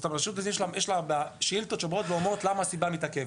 לרשות יש שאילתות ששואלות מה הסיבה לעיכוב.